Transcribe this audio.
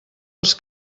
als